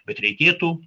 bet reikėtų